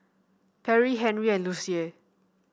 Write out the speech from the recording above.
Perri Henri and Lucie